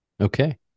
Okay